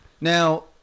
Now